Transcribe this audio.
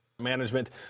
management